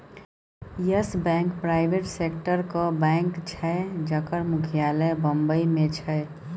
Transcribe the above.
yes Bank private सेक्टरक bank छै जकर मुख्यालय बंबई मे छै